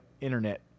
internet